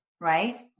right